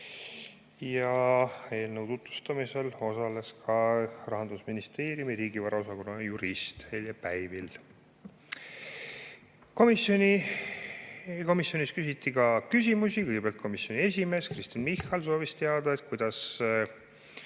Eelnõu tutvustamisel osales ka Rahandusministeeriumi riigivara osakonna jurist Helje Päivil. Komisjonis küsiti ka küsimusi. Kõigepealt komisjoni esimees Kristen Michal soovis teada, kuidas